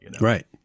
Right